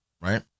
right